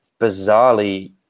bizarrely